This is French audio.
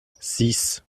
six